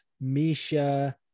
Misha